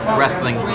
Wrestling